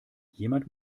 jemand